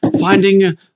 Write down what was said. finding